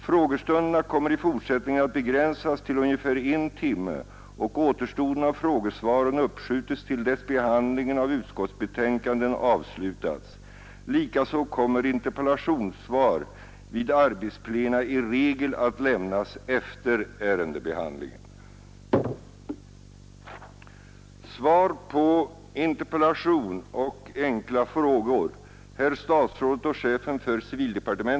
Frågestunderna kommer i fortsättningen att begränsas till ungefär en timme och återstoden av frågesvaren uppskjutes till dess behandlingen av utskottsbetänkanden avslutats. Likaså kommer interpellationssvar vid arbetsplena i regel att lämnas efter ärendebehandlingen.